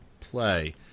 Play